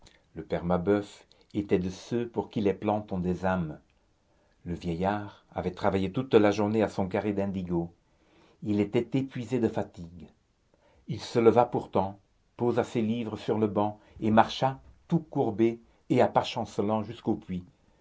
le père mabeuf était de ceux pour qui les plantes ont des âmes le vieillard avait travaillé toute la journée à son carré d'indigo il était épuisé de fatigue il se leva pourtant posa ses livres sur le banc et marcha tout courbé et à pas chancelants jusqu'au puits